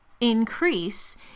increase